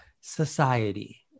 society